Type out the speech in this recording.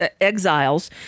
exiles